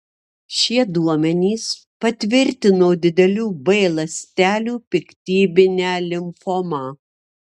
šie duomenys patvirtino didelių b ląstelių piktybinę limfomą